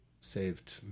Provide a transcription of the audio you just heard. saved